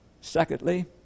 Secondly